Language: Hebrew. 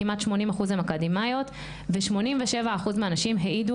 כמעט 80% אקדמאיות ו-87% מהנשים העידו